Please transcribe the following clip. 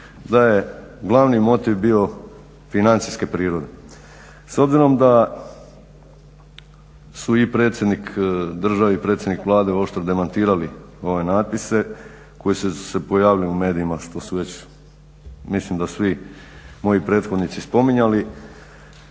da je glavni motiv bio financijske prirode. S obzirom da su i predsjednik države i predsjednik oštro demantirali ove natpise koji su se pojavili u medijima što su već mislim već svi moji prethodnici spominjali.